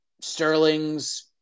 Sterling's